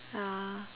ya